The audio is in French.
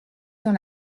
dans